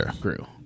grew